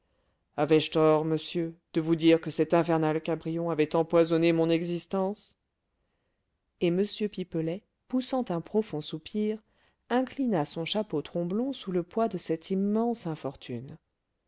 monsieur de vous dire que cet infernal cabrion avait empoisonné mon existence et m pipelet poussant un profond soupir inclina son chapeau tromblon sous le poids de cette immense infortune